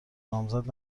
نامزد